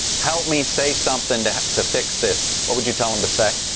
help me say something to to fix this, what would you tell him to say?